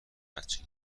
بچه